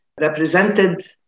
represented